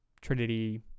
Trinity